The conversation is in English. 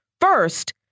first